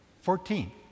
Fourteen